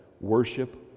worship